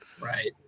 Right